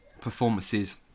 performances